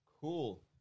Cool